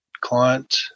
client